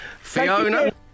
Fiona